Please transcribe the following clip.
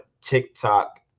TikTok